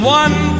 one